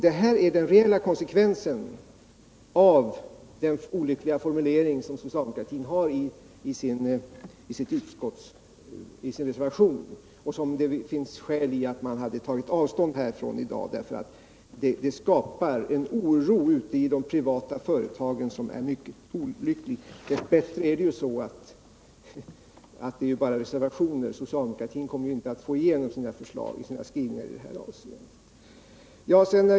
Detta är den reella konsekvensen av den olyckliga formuleringen i socialdemokraternas reservation, som det skulle finnas skäl i att ta avstånd från här i dag. Den skapar en oro i de privata företagen som är mycket olycklig. Dess bättre föreslås detta bara i reservationen — socialdemokraterna kommer inte att få igenom sina skrivningar i detta avseende.